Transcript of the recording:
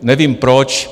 Nevím proč.